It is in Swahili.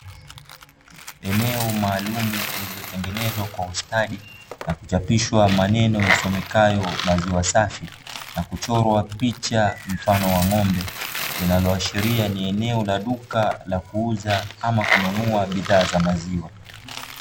Eneo maalumu lililotengenezwa kwa ustadi na kuchapishwa maneno yasomekayo " maziwa safi" na kuchorwa picha mfano wa ng'ombe, linaloashiria ni eneo la duka la kuuza ama kununua bidhaa za maziwa.